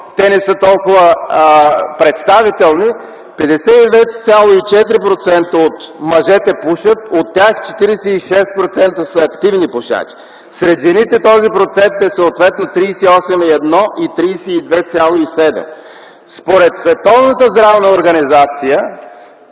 те не са толкова представителни - 52,4% от мъжете пушат, от тях 46% са активни пушачи. Сред жените този процент е съответно 38,1 и 32,7. Според Световната здравна организация,